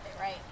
right